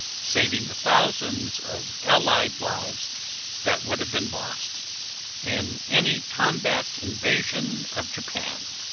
saving the thousands of allied lives that would have been lost in any combat invasion of japan.